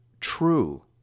true